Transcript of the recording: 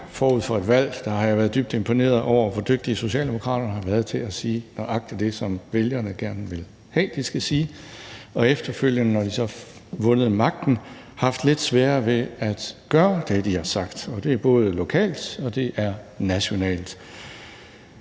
forud for et valg været dybt imponeret over, hvor dygtige Socialdemokraterne har været til at sige nøjagtig det, som vælgerne gerne vil have de skal sige, og når de så efterfølgende har vundet magten, har de haft lidt sværere ved at gøre det, de har sagt de ville gøre. Og det er både lokalt, og det er nationalt.